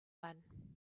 one